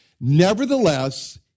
Nevertheless